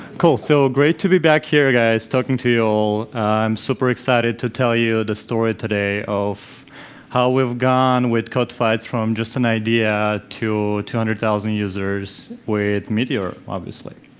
cool, so great to be back here guys, guys, talking to you all. i'm super excited to tell you the story today of how we've gone with codefights from just an idea to two hundred thousand users with meteor obviously.